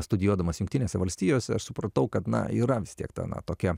studijuodamas jungtinėse valstijose aš supratau kad na yra vistiek ta na tokia